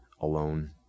alone